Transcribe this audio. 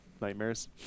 nightmares